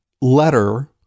letter